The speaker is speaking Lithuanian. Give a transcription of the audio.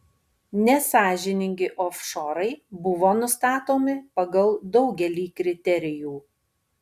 nesąžiningi ofšorai buvo nustatomi pagal daugelį kriterijų